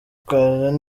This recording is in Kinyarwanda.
kazi